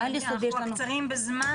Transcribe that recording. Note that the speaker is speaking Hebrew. בעל-יסודי יש לנו --- אנחנו קצרים בזמן.